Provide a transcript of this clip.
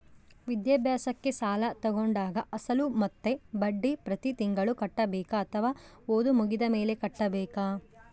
ವಿದ್ಯಾಭ್ಯಾಸಕ್ಕೆ ಸಾಲ ತೋಗೊಂಡಾಗ ಅಸಲು ಮತ್ತೆ ಬಡ್ಡಿ ಪ್ರತಿ ತಿಂಗಳು ಕಟ್ಟಬೇಕಾ ಅಥವಾ ಓದು ಮುಗಿದ ಮೇಲೆ ಕಟ್ಟಬೇಕಾ?